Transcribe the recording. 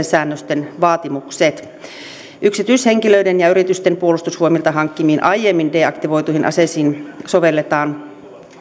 säännösten vaatimukset yksityishenkilöiden ja yritysten puolustusvoimilta hankkimiin aiemmin deaktivoituihin aseisiin sovelletaan